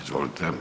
Izvolite.